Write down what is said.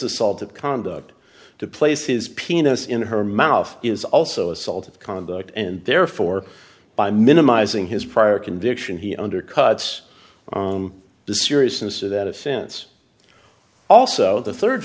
assault conduct to place his penis in her mouth is also assault of conduct and therefore by minimizing his prior conviction he undercuts the seriousness of that a sense also the third